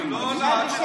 היא לא עולה.